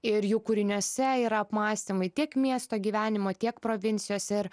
ir jų kūriniuose yra apmąstymai tiek miesto gyvenimo tiek provincijos ir